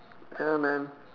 ya man